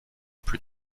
plus